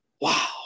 Wow